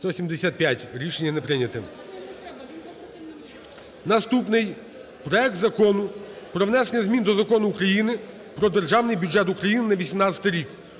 За-175 Рішення не прийнято. Наступний – проект Закону про внесення змін до Закону України "Про Державний бюджет України на 2018 рік"